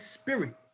spirit